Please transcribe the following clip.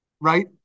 right